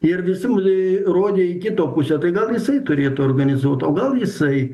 ir visi rodė į kito pusę tai gal jisai turėtų organizuot o gal jisai